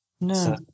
No